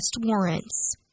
warrants